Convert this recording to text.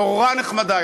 נורא נחמדה.